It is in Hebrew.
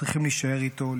צריכים להישאר איתו,